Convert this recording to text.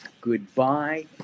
goodbye